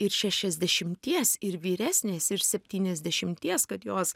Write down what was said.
ir šešiasdešimties ir vyresnės ir septyniasdešimties kad jos